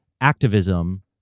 activism